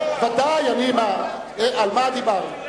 על מה דיברנו?